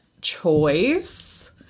choice